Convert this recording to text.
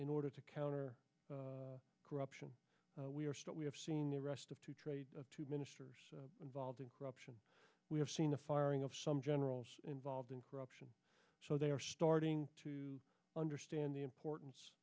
in order to counter corruption we are still we have seen the rest of two trade ministers involved in corruption we have seen the firing of some generals involved in corruption so they are starting to understand the importance